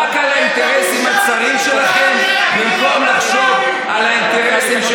רק על האינטרסים הצרים שלכם במקום לחשוב על האינטרסים של